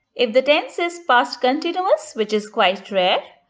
if the tense is past continuous which is quite rare,